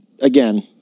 again